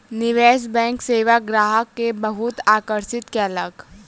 निवेश बैंक सेवा ग्राहक के बहुत आकर्षित केलक